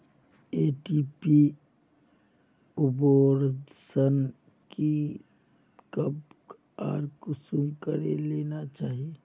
MTP abortion kit कब आर कुंसम करे लेना चही?